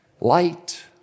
Light